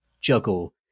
juggle